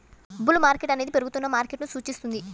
bull market అనేది పెరుగుతున్న మార్కెట్ను సూచిస్తుంది